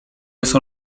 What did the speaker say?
jest